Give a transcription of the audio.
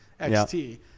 XT